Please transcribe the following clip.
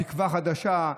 בתקווה חדשה,